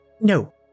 No